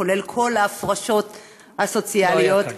כולל כל ההפרשות הסוציאליות.